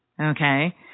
Okay